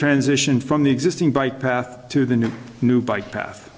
transition from the existing bike path to the new new bike path